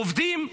עובדים,